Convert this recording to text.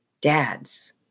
dads